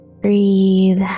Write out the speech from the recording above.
Breathe